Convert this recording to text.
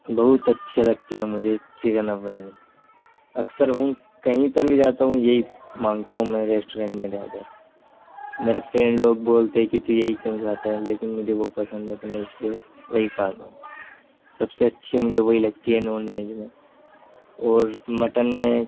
بہت اچّھی لگتی ہے مجھے چکن افغانی اکثر وہیں کہیں پر بھی جاتا ہوں یہی مانگتا ہوں میں ریسٹورنٹ میں جا کر میرے فرینڈ لوگ بولتے ہیں کہ تو یہی کیوں کھاتا ہے لیکن مجھے وہ پسند ہے تو میں اس لیے وہی کھاتا ہوں سب سے اچّھی مجھے وہی لگتی ہے نان ویج میں اور مٹن میں